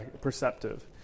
perceptive